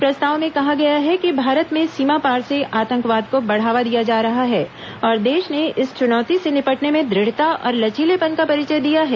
प्रस्ताव में कहा गया है कि भारत में सीमापार से आतंकवाद को बढ़ावा दिया जा रहा है और देश ने इस चुनौती से निपटने में दुढ़ता और लचीलेपन का परिचय दिया है